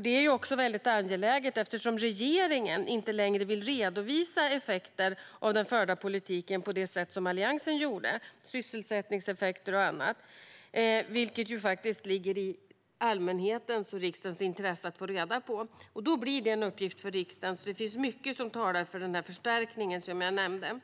Det är väldigt angeläget med tanke på att regeringen inte längre vill redovisa effekten av den förda politiken på det sätt som Alliansen gjorde gällande sysselsättningseffekter och annat, trots att detta är något som ligger i allmänhetens och riksdagens intresse att få reda på. Då blir det en uppgift för riksdagen. Det finns mycket som talar för den förstärkning som jag nämnde.